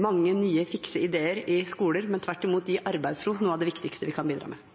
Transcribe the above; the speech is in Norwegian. mange nye fikse ideer i skolen, men tvert imot å gi arbeidsro, noe av det viktigste vi kan bidra med.